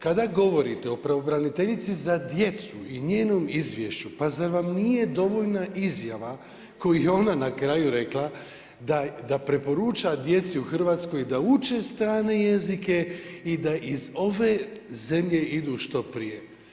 Kada govorite o pravobraniteljici za djecu i njenom izvješću, pa zar vam nije dovoljna izjava koju je ona na kraju rekla da preporuča djeci u Hrvatskoj da uče strane jezike i da iz ove zemlje idu što prije.